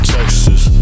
Texas